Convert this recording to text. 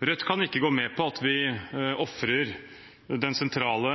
Rødt kan ikke gå med på at vi ofrer den sentrale